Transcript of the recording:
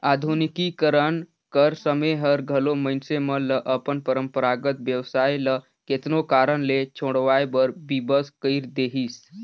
आधुनिकीकरन कर समें हर घलो मइनसे मन ल अपन परंपरागत बेवसाय ल केतनो कारन ले छोंड़वाए बर बिबस कइर देहिस